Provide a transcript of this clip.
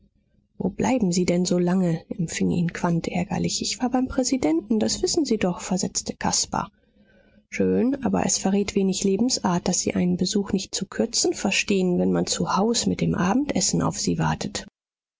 wo bleiben sie denn so lang empfing ihn quandt ärgerlich ich war beim präsidenten das wissen sie doch versetzte caspar schön aber es verrät wenig lebensart daß sie einen besuch nicht zu kürzen verstehen wenn man zu haus mit dem abendessen auf sie wartet